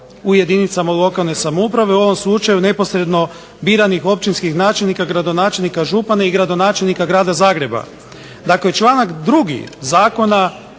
u jedinicama lokalne samouprave u ovom slučaju neposredno biranih općinskih načelnika, gradonačelnika, župana i gradonačelnika Grada Zagreba. Dakle, članak 2. Zakona